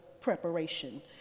preparation